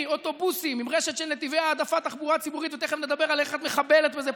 מירי רגב, עושה עכשיו בדיוק את אותו הדבר,